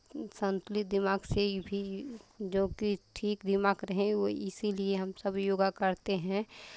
संतुलित दिमाग से वो भी जो कि ठीक दिमाग रहें व इसीलिए हम सब योगा करते हैं